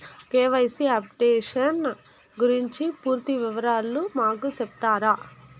KYC updation గురించి పూర్తి వివరాలు మాకు సెప్తారా?